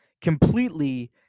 completely